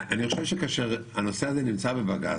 אני חושב שכאשר הנושא הזה נמצא בבג"ץ,